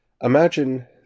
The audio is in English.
imagine